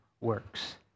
works